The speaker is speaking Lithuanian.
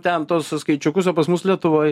ten tuos skaičiukus o pas mus lietuvoj